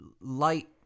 light